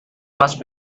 must